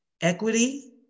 equity